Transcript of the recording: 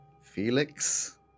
Felix